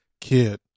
kid